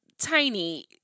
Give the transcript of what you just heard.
Tiny